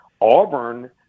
Auburn